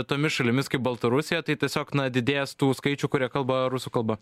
tomis šalimis kaip baltarusija tai tiesiog na didės tų skaičių kurie kalba rusų kalba